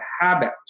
habits